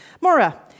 Maura